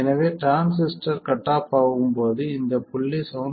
எனவே transistor cut off ஆகும் போது போது இந்த புள்ளி 7